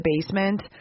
basement